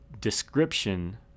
description